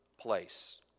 place